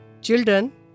Children